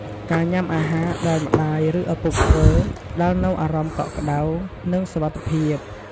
ការញ៉ាំអាហារដែលម្តាយ ឬឪពុកធ្វើ ផ្តល់នូវអារម្មណ៍កក់ក្តៅ និងសុវត្ថិភាព។